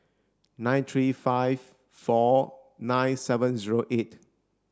nine three five four nine seven zero eight